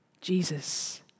Jesus